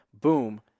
boom